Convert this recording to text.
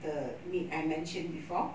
the meat I mentioned before